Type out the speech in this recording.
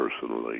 personally